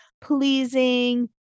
pleasing